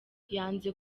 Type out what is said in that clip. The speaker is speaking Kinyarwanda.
yanze